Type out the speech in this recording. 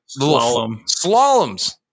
slaloms